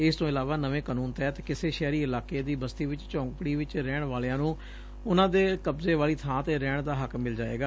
ਇਸ ਤੋਂ ਇਲਾਵਾ ਨਵੇਂ ਕਾਨੂੰਨ ਤਹਿਤ ਕਿਸੇ ਸ਼ਹਿਰੀ ਇਲਾਕੇ ਦੀ ਬਸਤੀ ਚ ਝੌਂਪੜੀ ਚ ਰਹਿਣ ਵਾਲਿਆਂ ਨੂੰ ਉਨੂਾਂ ਦੇ ਕਬਜ਼ੇ ਵਾਲੀ ਬਾਂ ਤੇ ਰਹਿਣ ਦਾ ਹੱਕ ਮਿੰਲ ਜਾਏਗਾ